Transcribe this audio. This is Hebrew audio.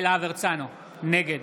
נגד